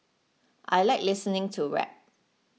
I like listening to rap